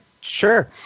Sure